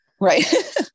Right